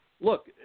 Look